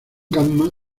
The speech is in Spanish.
gamma